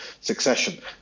succession